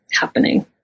happening